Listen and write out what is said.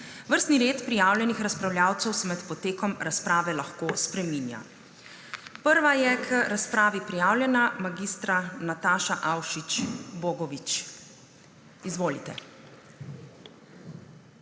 Vrstni red prijavljenih razpravljavcev se med potekom razprave lahko spreminja. Prva je k razpravi prijavljena mag. Nataša Avšič Bogovič. Izvolite.